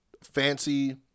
fancy